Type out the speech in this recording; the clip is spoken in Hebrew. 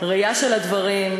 ראייה של הדברים.